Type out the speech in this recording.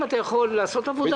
אם אתה יכול לעשות עבודה.